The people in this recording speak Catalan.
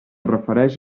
refereix